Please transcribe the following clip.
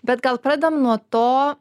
bet gal pradedam nuo to